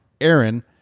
aaron